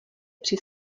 při